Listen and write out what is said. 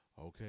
okay